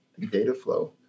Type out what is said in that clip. Dataflow